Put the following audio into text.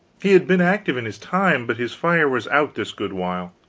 he had been active in his time, but his fire was out, this good while,